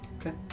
okay